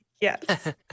Yes